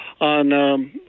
On